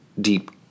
deep